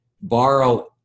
borrow